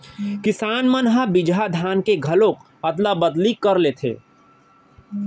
किसान मन ह बिजहा धान के घलोक अदला बदली कर लेथे